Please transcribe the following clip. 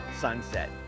sunset